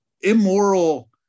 immoral